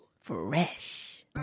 Fresh